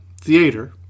theater